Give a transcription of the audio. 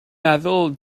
meddwl